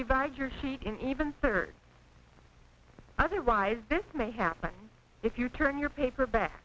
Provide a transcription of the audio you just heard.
divide your sheet in even third otherwise this may happen if you turn your paper ba